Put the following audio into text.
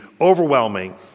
overwhelming